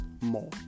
more